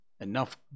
enough